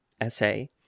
essay